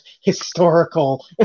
historical